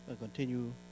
continue